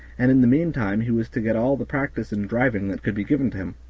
and in the meantime he was to get all the practice in driving that could be given to him.